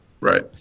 Right